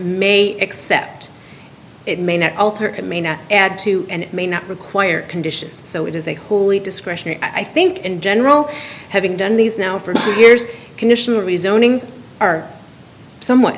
may accept it may not alter and may not add to and may not require conditions so it is a wholly discretionary i think in general having done these now for two years conditional rezoning are somewhat